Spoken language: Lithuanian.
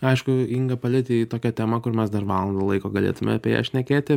aišku inga palietei tokią temą kur mes dar valandą laiko galėtume apie ją šnekėti